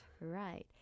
Right